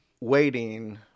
waiting